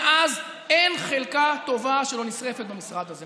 מאז אין חלקה טובה שלא נשרפת במשרד הזה.